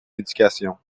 éducation